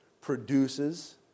produces